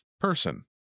person